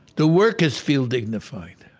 the workers feel dignified.